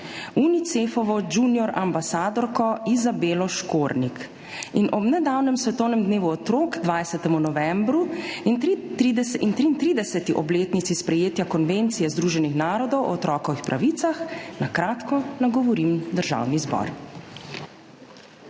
Unicefovo junior ambasadorko Izabelo Škornik, in ob nedavnem svetovnem dnevu otrok, 20. novembru, in 33. obletnici sprejetja Konvencije Združenih narodov o otrokovih pravicah kratko nagovorim Državni zbor.